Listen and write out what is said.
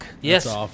Yes